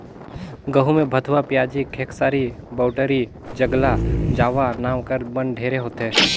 गहूँ में भथुवा, पियाजी, खेकसारी, बउटरी, ज्रगला जावा नांव कर बन ढेरे होथे